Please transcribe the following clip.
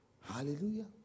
Hallelujah